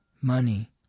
money